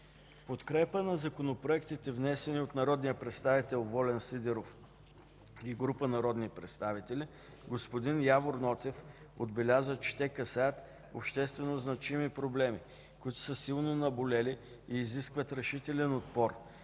В подкрепа на законопроектите, внесени от народния представител Волен Сидеров и група народни представители, господин Явор Нотев отбеляза, че те касаят обществено значими проблеми, които са силно наболели и изискват решителен отговор,